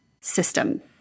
system